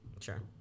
Sure